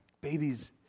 babies